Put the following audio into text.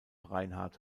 reinhard